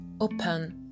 open